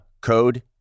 code